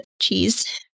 cheese